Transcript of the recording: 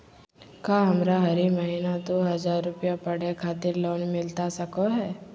का हमरा हरी महीना दू हज़ार रुपया पढ़े खातिर लोन मिलता सको है?